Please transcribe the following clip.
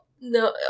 No